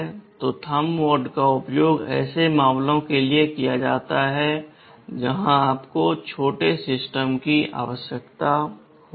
तो thumb mode का उपयोग ऐसे मामलों के लिए किया जाता है जहां आपको छोटे सिस्टम की आवश्यकता होती है